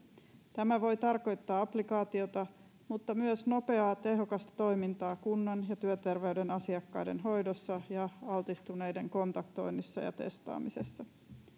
tämä voi tarkoittaa applikaatiota mutta myös nopeaa tehokasta toimintaa kunnan ja työterveyden asiakkaiden hoidossa ja altistuneiden kontaktoinnissa ja testaamisessa